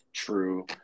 true